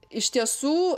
iš tiesų